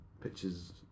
pictures